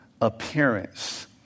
appearance